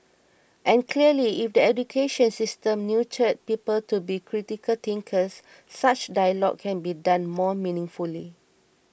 and clearly if the education system nurtured people to be critical thinkers such dialogue can be done more meaningfully